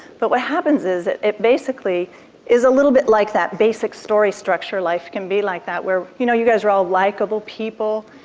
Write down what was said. but what happens is that it basically is a little bit like that basic story structure. life can be like that. you know, you guys are all likable people,